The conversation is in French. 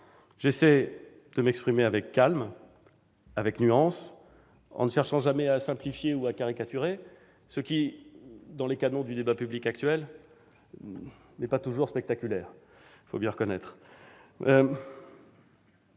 J'essaie de m'exprimer avec calme et nuance, en ne cherchant jamais à simplifier ou à caricaturer, ce qui, selon les canons du débat public actuel, n'est pas toujours spectaculaire, il faut bien le reconnaître